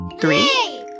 Three